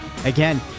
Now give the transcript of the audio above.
Again